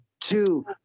two